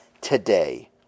today